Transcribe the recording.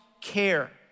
care